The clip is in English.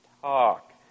talk